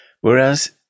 whereas